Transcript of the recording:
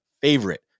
favorite